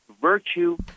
virtue